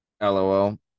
lol